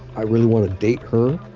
i really want to date her,